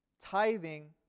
tithing